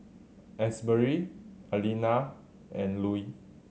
Asberry Alena and Lue